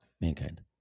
Mankind